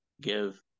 Give